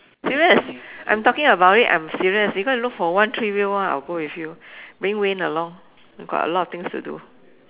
serious I'm talking about it I'm serious you go and look for one three wheel [one] I will go with you bring Wayne along got a lot of things to do